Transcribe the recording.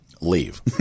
Leave